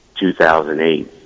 2008